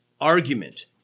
argument